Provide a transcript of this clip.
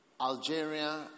Algeria